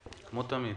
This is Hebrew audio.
כמו תמיד.